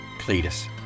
Cletus